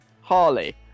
Harley